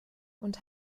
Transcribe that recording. und